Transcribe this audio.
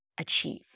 achieve